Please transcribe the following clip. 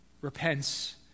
repents